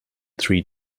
three